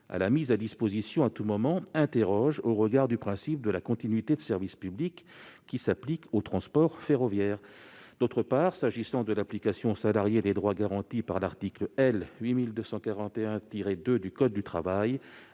à la mise à disposition à tout moment interroge au regard du principe de la continuité du service public qui s'applique au transport ferroviaire. D'autre part, s'agissant de l'application aux salariés des droits garantis par l'article L. 8241-2 du code du travail,